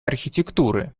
архитектуры